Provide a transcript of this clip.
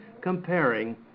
comparing